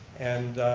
and